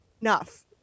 enough